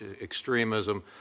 extremism